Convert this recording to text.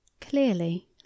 Clearly